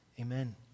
amen